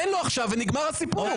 תן לו עכשיו ונגמר הסיפור.